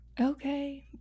okay